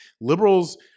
liberals